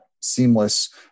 seamless